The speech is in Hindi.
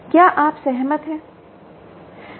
क्या आप सहमत हैं